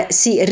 si